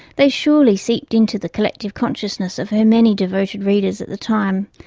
they surely seeped into the collective consciousness of her many devoted readers at the time,